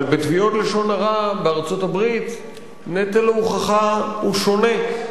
אבל בתביעות לשון הרע בארצות-הברית נטל ההוכחה הוא שונה.